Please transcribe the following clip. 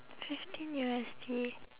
fifteen U_S_D